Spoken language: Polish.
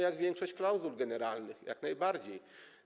Jak większość klauzul generalnych, jak najbardziej.